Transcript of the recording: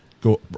go